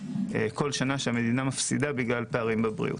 כל שנה שהמדינה מפסידה בגלל פערים בבריאות.